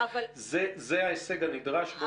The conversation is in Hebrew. זה ההישג הנדרש.